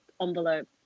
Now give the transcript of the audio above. envelope